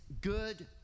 good